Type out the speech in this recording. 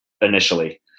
initially